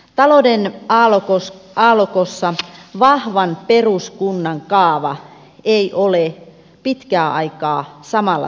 talouden aallokossa vahvan peruskunnan kaava ei ole pitkää aikaa samalla tasolla